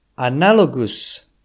Analogous